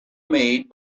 made